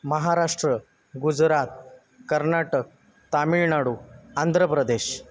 Maharashtra Gujarat Karnataka Tamil Nadu Andhra Pradesh